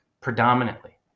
predominantly